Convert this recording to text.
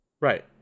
Right